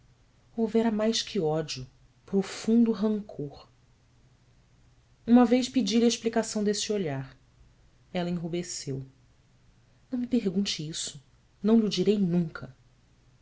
houvera mais que ódio profundo rancor uma vez pedi-lhe a explicação desse olhar ela enrubesceu ão me pergunte isso não lho direi nunca